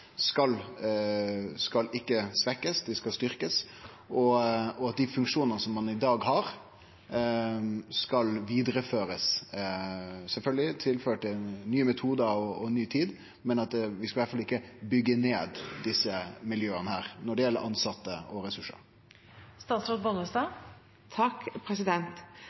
skal svekkjast, dei skal styrkjast, og at dei funksjonane som ein i dag har, skal vidareførast – sjølvsagt tilført nye metodar i ei ny tid, men at vi i alle fall ikkje skal byggje ned desse miljøa når det gjeld tilsette og